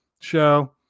show